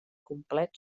complet